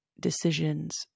decisions